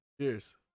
Cheers